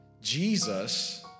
Jesus